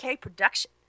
production